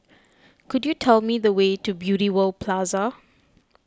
could you tell me the way to Beauty World Plaza